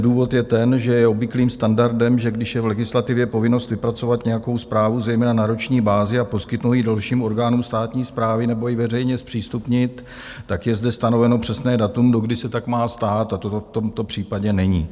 Důvod je ten, že je obvyklým standardem, že když je v legislativě povinnost vypracovat nějakou zprávu, zejména na roční bázi, a poskytnout ji dalším orgánům státní správy nebo ji veřejně zpřístupnit, tak je zde stanoveno přesné datum, dokdy se tak má stát, a to v tomto případě není.